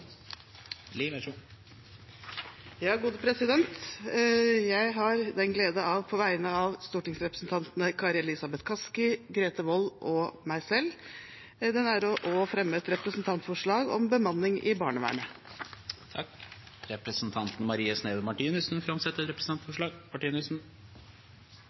På vegne av stortingsrepresentantene Kari Elisabeth Kaski, Grete Wold og meg selv har jeg den ære å fremme et representantforslag om bemanning i barnevernet. Representanten Marie Sneve Martinussen vil framsette et